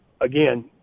again